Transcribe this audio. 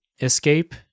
escape